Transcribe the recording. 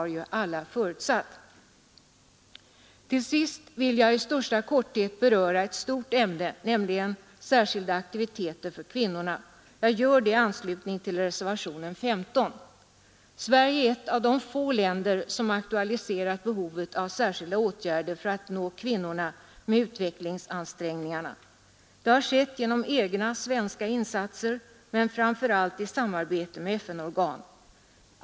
Till sist vill jag i största korthet beröra ett stort ämne, nämligen särskilda aktiviteter för kvinnorna. Jag gör det i anslutning till reservationen 15. Sverige är ett av de få länder som aktualiserat särskilda åtgärder för att med utvecklingsansträngningarna nå kvinnorna. Det har skett genom egna svenska insatser men framför allt i samarbete med FN-organ.